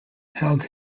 held